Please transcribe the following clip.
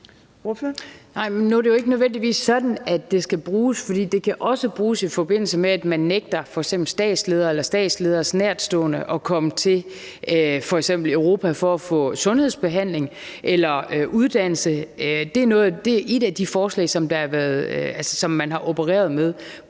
det jo ikke nødvendigvis sådan, det skal bruges. For det kan også bruges i forbindelse med, at man nægter f.eks. statsledere eller statslederes nærtstående at komme til f.eks. Europa for at få sundhedsbehandling eller uddannelse. Det er et af de forslag, som man har opereret med